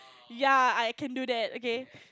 ya I can do that okay